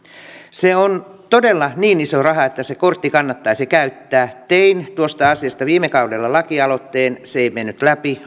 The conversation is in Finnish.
se on todella niin iso raha että se kortti kannattaisi käyttää tein tuosta asiasta viime kaudella lakialoitteen se ei mennyt läpi